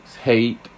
hate